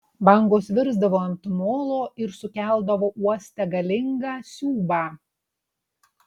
bangos virsdavo ant molo ir sukeldavo uoste galingą siūbą